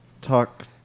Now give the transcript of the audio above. talk